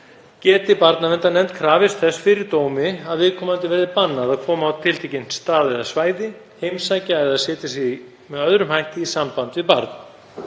geti barnaverndarnefnd krafist þess fyrir dómi að viðkomandi verði bannað að koma á tiltekinn stað eða svæði, heimsækja eða setja sig með öðrum hætti í samband við barn.